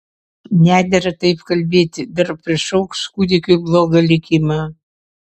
nedera taip kalbėti dar prišauks kūdikiui blogą likimą